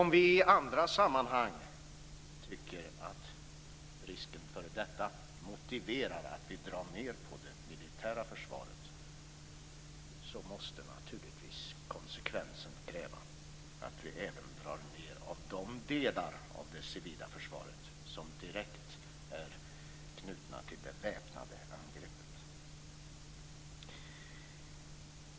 Om vi i andra sammanhang tycker att risken för detta motiverar att vi drar ned på det militära försvaret måste naturligtvis konsekvensen kräva att vi även drar ned de delar av det civila försvaret som direkt är knutna till det väpnade angreppet.